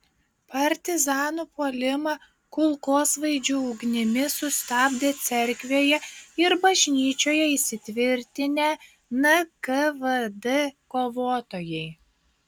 partizanų puolimą kulkosvaidžių ugnimi sustabdė cerkvėje ir bažnyčioje įsitvirtinę nkvd kovotojai